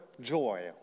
joy